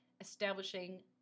establishing